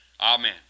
Amen